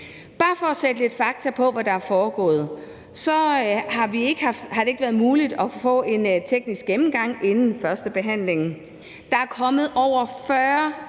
Bare for at sætte lidt fakta på, hvad der er foregået: Det har ikke været muligt at få en teknisk gennemgang inden førstebehandlingen. Der er kommet over 40